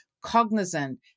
cognizant